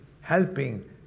helping